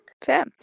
fair